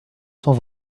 cent